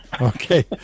Okay